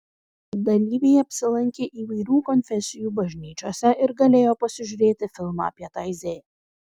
dalyviai apsilankė įvairių konfesijų bažnyčiose ir galėjo pasižiūrėti filmą apie taizė